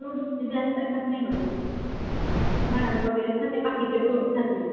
fruits जास्त खात नाही मॅडम ती बनाना वगैरे खाते बाकीचे फ्रूट्स खात नाही